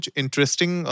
interesting